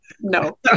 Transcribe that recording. No